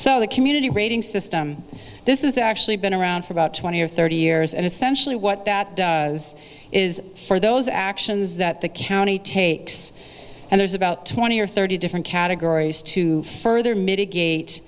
so the community rating system this is actually been around for about twenty or thirty years and essentially what that does is for those actions that the county takes and there's about twenty or thirty different categories to further mitigate